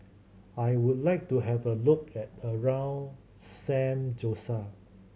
I would like to have a look at around San Jose